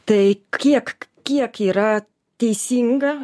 tai kiek kiek yra teisinga